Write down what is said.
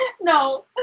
No